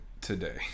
today